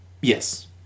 Yes